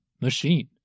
machine